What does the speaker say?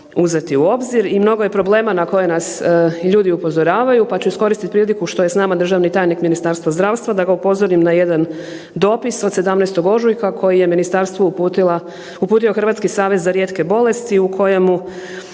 uzeti u obzir. I mnogo je problema na koje nas ljudi upozoravaju, pa ću iskoristiti priliku što je s nama državni tajnik Ministarstva zdravstva da ga upozorim na jedan dopis od 17. ožujka koji je ministarstvu uputila, uputio Hrvatski savez za rijetke bolesti u kojemu